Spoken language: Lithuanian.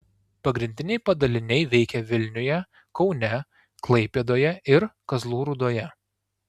pagrindiniai padaliniai veikia vilniuje kaune klaipėdoje ir kazlų rūdoje